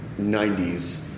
90s